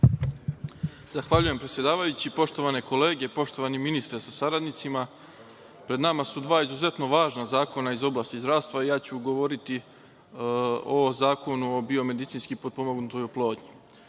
Zahvaljujem, predsedavajući. Poštovane kolege, poštovani ministre sa saradnicima, pred nama su dva izuzetno važna zakona iz oblasti zdravstva. Ja ću govoriti o Zakonu o biomedicinski potpomognutoj oplodnji. Mogli